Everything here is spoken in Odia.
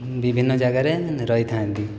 ବିଭିନ୍ନ ଜାଗାରେ ରହିଥାନ୍ତି